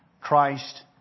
Christ